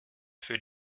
für